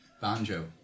banjo